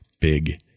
big